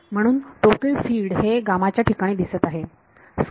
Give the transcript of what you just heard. म्हणून total field हे च्या ठिकाणी दिसत आहे